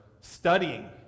studying